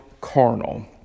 carnal